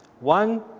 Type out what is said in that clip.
One